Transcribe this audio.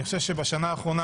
אני חושב שבשנה האחרונה,